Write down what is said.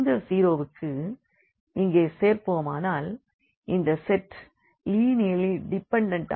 இந்த 0 வுக்கு இங்கே சேர்ப்போமானால் இந்த செட் லீனியர்லி டிபெண்டன்ட்